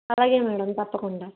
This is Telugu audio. అలాగే మేడం తప్పకుండా